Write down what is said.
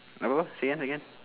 uh apa apa say again say again